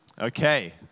Okay